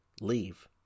Leave